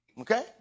okay